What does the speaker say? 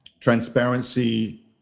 transparency